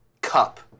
cup